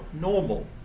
normal